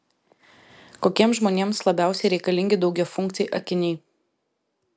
kokiems žmonėms labiausiai reikalingi daugiafunkciai akiniai